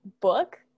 book